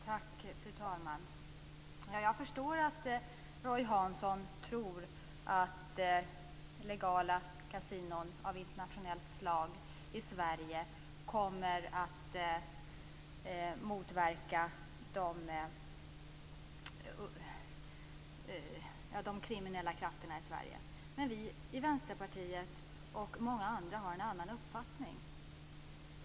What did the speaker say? Fru talman! Jag förstår att Roy Hansson tror att legala kasinon av internationellt slag i Sverige kommer att motverka de kriminella krafterna i Sverige. Men vi i Vänsterpartiet och många andra har en annan uppfattning.